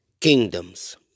kingdoms